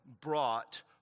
brought